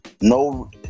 no